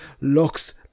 looks